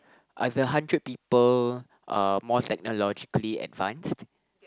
are the hundred people uh more technologically advanced